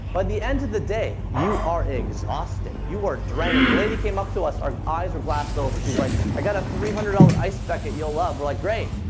by the end of the day, you are exhausted. you are drained. the lady came up to us. our eyes were glossed over. she's like, i got a three hundred dollars ice bucket you'll love. we're like, great.